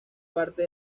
parte